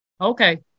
Okay